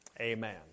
amen